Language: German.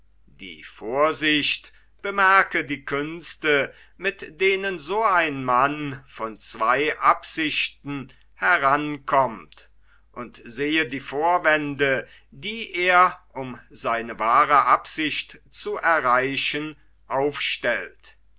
die vorsicht bemerke die künste mit denen so ein mann von zwei absichten herankommt und sehe die vorwände die er um seine wahre absicht zu erreichen aufstellt